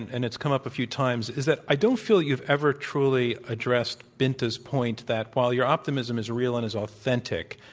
and and it's come up a few times, is that i don't feel you've ever truly addressed binta's point that while your optimism is real and is authentic,